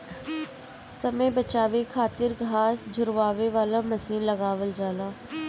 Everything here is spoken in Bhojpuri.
समय बचावे खातिर घास झुरवावे वाला मशीन लगावल जाला